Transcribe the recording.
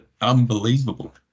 unbelievable